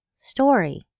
story